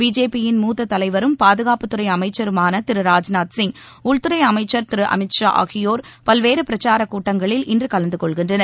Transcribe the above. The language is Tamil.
பிஜேபியின் மூத்த தலைவரும் பாதுகாப்புத்துறை அமைச்சருமான திரு ராஜ்நாத் சிங் உள்துறை அமைச்சர் திரு அமித் ஷா ஆகியோர் பல்வேறு பிரச்சார கூட்டங்களில் இன்று கலந்து கொள்கின்றனர்